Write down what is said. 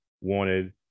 wanted